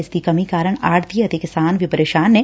ਇਸ ਦੀ ਕਮੀ ਕਾਰਨ ਆਕਤੀਏ ਅਤੇ ਕਿਸਾਨ ਵੀ ਪੇਸ਼ਾਨ ਨੇ